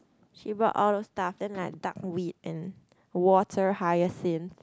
she brought all those stuff then like duck weed and water hyacinth